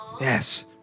Yes